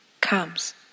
comes